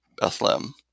Bethlehem